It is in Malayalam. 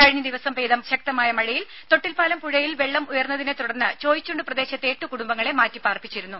കഴിഞ്ഞദിവസം പെയ്ത ശക്തമായ മഴയിൽ തൊട്ടിൽപ്പാലം പുഴയിൽ വെള്ളം ഉയർന്നതിനെ തുടർന്ന് ചോയ്ച്ചുണ്ട് പ്രദേശത്തെ എട്ട് കുടുംബങ്ങളെ മാറ്റിമാർപ്പിച്ചിരുന്നു